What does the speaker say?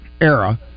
era